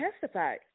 testified